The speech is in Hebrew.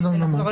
אני אומר